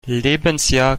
lebensjahr